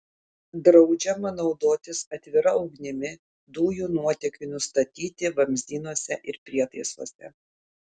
draudžiama naudotis atvira ugnimi dujų nuotėkiui nustatyti vamzdynuose ir prietaisuose